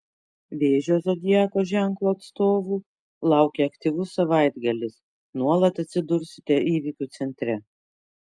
vėžio zodiako ženklo atstovų laukia aktyvus savaitgalis nuolat atsidursite įvykių centre